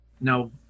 no